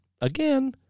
again